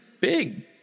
big